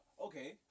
Okay